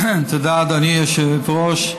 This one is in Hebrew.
תודה, גברתי היושבת-ראש.